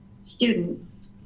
Student